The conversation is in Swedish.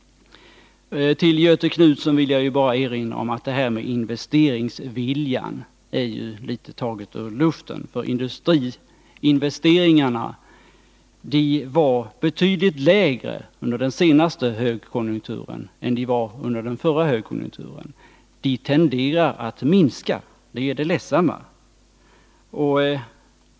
Jag vill bara erinra Göthe Knutson om att talet om investeringsviljan är taget ur luften. Industriinvesteringarna var ju betydligt lägre under den senaste högkonjunkturen än de var under den förra. De tenderar att minska, och det är ledsamt.